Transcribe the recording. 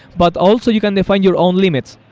but also you can define your own limits.